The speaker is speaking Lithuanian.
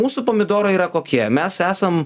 mūsų pomidorai yra kokie mes esam